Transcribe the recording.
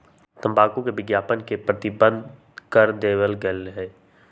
तंबाकू के विज्ञापन के प्रतिबंध कर देवल गयले है